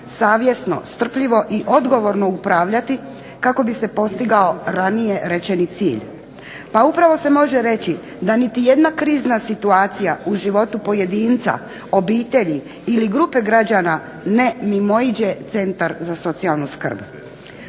savjesno, strpljivo i odgovorno upravljati kako bi se postigao ranije rečeni cilj. Pa upravo se može reći da niti jedna krizna situacija u životu pojedinca, obitelji ili grupe građana ne mimoiđe centar za socijalnu skrb.